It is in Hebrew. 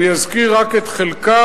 אני אזכיר רק את חלקם,